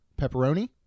pepperoni